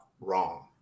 wrong